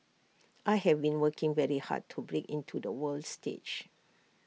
I have been working very hard to break into the world stage